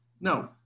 no